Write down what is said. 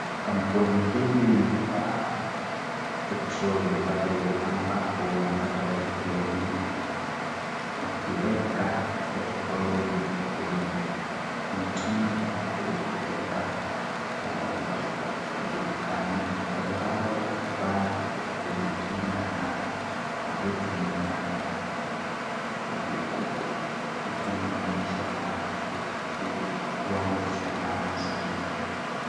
Kampuni hili la petroli pale ambapo unapata watu wawili, wakiweka petroli kwenye mitungi na kuzipeleka pale ambapo pajulikani. Watu hawa wamevaa kujikinga na harufu mbaya na kuchunga maisha yao ili wawe salama salmini.